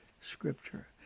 Scripture